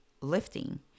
lifting